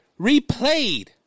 replayed